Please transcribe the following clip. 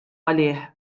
għalih